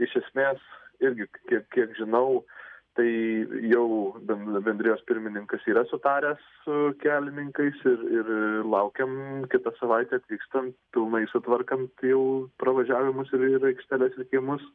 iš esmės irgi kiek kiek žinau tai jau ben bendrijos pirmininkas yra sutaręs su kelininkais ir ir laukiam kitą savaitę atvykstan pilnai sutvarkant jau pravažiavimus ir ir aikšteles ir kiemus